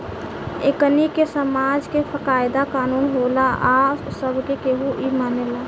एकनि के समाज के कायदा कानून होला आ सब केहू इ मानेला